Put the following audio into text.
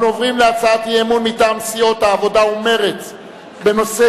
אנחנו עוברים להצעת האי-אמון מטעם סיעות העבודה ומרצ בנושא: